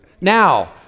Now